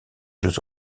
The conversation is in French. jeux